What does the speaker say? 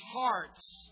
hearts